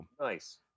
Nice